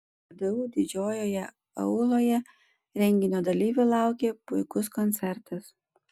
vdu didžiojoje auloje renginio dalyvių laukė puikus koncertas